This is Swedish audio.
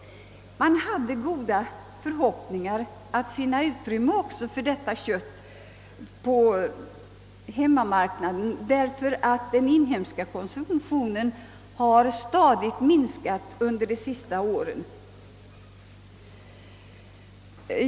Man hade också goda förhoppningar om att kunna få avsättning för detta kött inom landet, eftersom den inhemska konsumtionen stadigt minskat under de senaste åren.